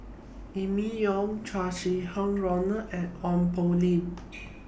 Emma Yong Chow Sau Hai Roland and Ong Poh Lim